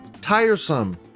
tiresome